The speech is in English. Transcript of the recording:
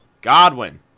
Godwin